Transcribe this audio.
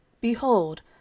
Behold